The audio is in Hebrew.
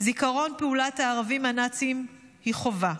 זיכרון פעולת הערבים הנאצים היא חובה,